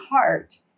heart